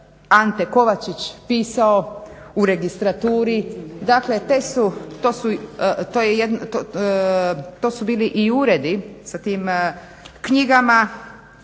Ante Kovačić pisao U registraturi. Dakle, to su bili i uredi sa tim knjigama